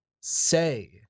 say